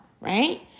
right